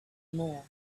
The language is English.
more